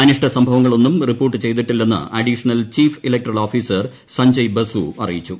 അനിഷ്ട സംഭവങ്ങൾ ഒന്നും റിപ്പോർട്ട് ചെയ്തിട്ടില്ലെന്ന് അഡീഷണൽ ചീഫ് ഇലക്ടറൽ ഓഫീസർ സഞ്ജയ്ബസു അറിയിച്ചു